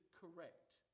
correct